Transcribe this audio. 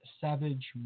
Savage